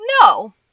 No